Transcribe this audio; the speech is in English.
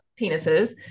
penises